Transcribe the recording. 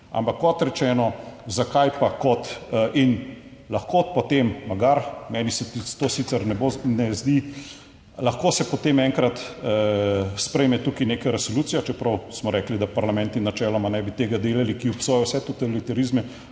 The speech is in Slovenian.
Ampak, kot rečeno, zakaj pa kot in lahko potem, magari meni se to sicer ne zdi lahko se potem enkrat sprejme tukaj neka resolucija, čeprav smo rekli, da parlamenti načeloma ne bi tega delali, ki obsoja vse totalitarizme,